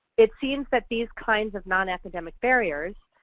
it seems that these kinds of non-academic barriers,